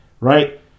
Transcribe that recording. right